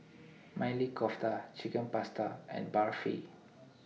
Maili Kofta Chicken Pasta and Barfi